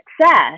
success